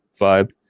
vibe